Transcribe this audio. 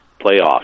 playoffs